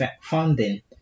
funding